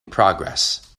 progress